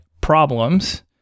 problems